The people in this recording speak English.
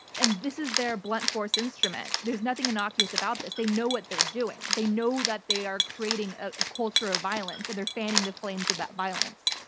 and this is their blunt force instrument. there's nothing innocuous about this, they know what they're doing. they know that they are creating a culture of violence and they're fanning the flames of that violence.